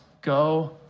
Go